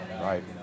Right